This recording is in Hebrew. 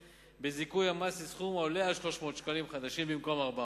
בזיכוי ממס לסכום העולה על 300 שקלים חדשים במקום 400